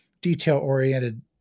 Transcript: detail-oriented